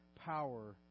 power